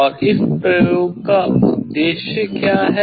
और इस प्रयोग का उद्देश्य क्या है